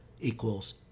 equals